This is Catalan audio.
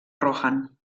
rohan